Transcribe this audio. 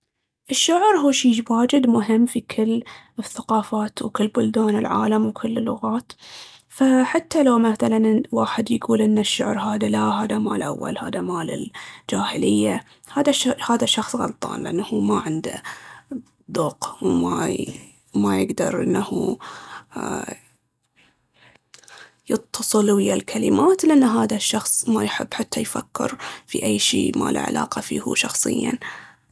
الشعر هو شي واجد مهم في كل الثقافات وكل بلدان العالم وكل اللغات. حتى لو مثلاً الواحد يقول ان الشعر هاذا لا هاذا مال أول هاذا مال الجاهلية، هاذا شخص غلطان لأن هو ما عنده ذوق وما يقدر ان هو يتصل ويا الكلمات لأن هاذا الشخص ما يحب حتى يفكر في أي شي ما له علاقة فيه هو شخصياً.